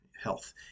health